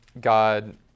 God